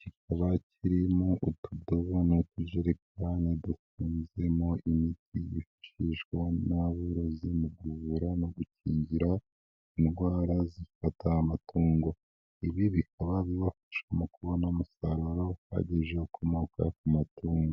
kikaba kirimo utudobo n'utujerekani dufunzemo imiti yifashishwa n'aborozi mu kuvura no gukingira indwara zifata amatungo, ibi bikaba bibafasha mu kubona umusaruro uhagije ukomoka ku matungo.